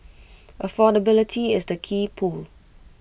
affordability is the key pull